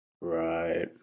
Right